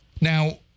Now